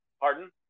pardon